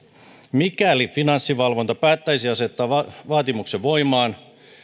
mikäli finanssivalvonta päättäisi asettaa vaatimuksen voimaan